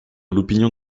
l’opinion